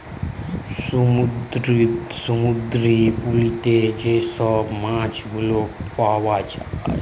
সমুদ্দুরের পলিতে যে ছব মাছগুলা পাউয়া যায়